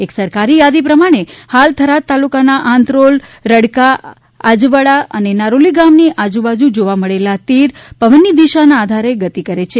એક સરકારી યાદી પ્રમાણે હાલ થરાદ તાલુકાના આંતરોલ રડકા અજાવાડા અને નારોલી ગામની આજુબાજુ જોવા મળેલ તીડ પવનની દિશાના આધારે ગતિ કરે છે